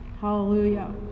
Hallelujah